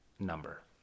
number